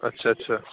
اچھا اچھا